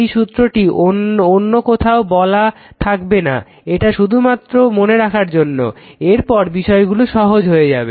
এই সূত্রটি অন্য কোথাও বলা থাকবে না এটা শুধুমাত্র মনে রাখার জন্য এরপর বিষয়গুলি সহজ হয়ে যাবে